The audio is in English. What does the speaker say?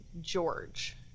George